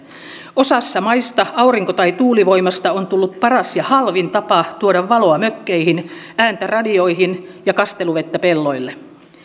osassa maista aurinko tai tuulivoimasta on tullut paras ja halvin tapa tuoda valoa mökkeihin ääntä radioihin ja kasteluvettä pelloille